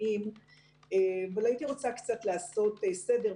פרטניים אבל הייתי רוצה קצת לעשות סדר.